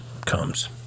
comes